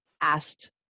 asked